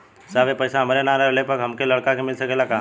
साहब ए पैसा हमरे ना रहले पर हमरे लड़का के मिल सकेला का?